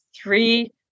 three